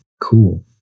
Cool